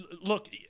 look